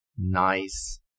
nice